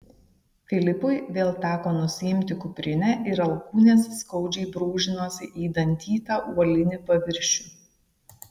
filipui vėl teko nusiimti kuprinę ir alkūnės skaudžiai brūžinosi į dantytą uolinį paviršių